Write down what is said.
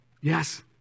Yes